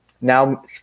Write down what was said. now